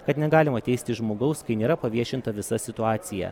kad negalima teisti žmogaus kai nėra paviešinta visa situacija